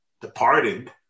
departing